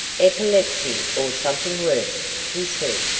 epilepsy or something worse, he said.